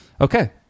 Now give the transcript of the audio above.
Okay